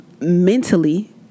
Mentally